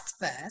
first